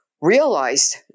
realized